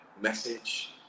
message